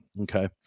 Okay